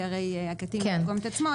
כי הרי הקטין לא ידגום את עצמו.